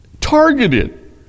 targeted